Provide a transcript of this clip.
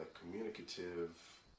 communicative